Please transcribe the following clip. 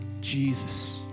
Jesus